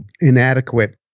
inadequate